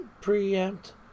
preempt